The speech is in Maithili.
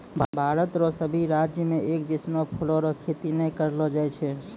भारत रो सभी राज्य मे एक जैसनो फूलो रो खेती नै करलो जाय छै